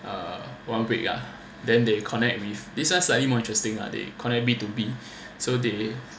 uh one week ah then they connect with this [one] slightly more interesting they connect B to B